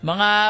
Mga